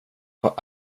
vad